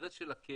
האינטרס של הקרן